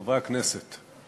חברי הכנסת.